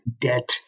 debt